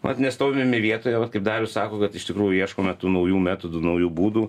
vat nestovime vietoje vat kaip darius sako kad iš tikrųjų ieškome tų naujų metodų naujų būdų